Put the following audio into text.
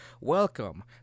Welcome